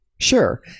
sure